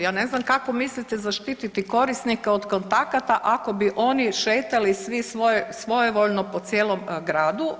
Ja ne znam kako mislite zaštititi korisnike od kontakata ako bi oni šetali svi svoje, svojevoljno po cijelom gradu?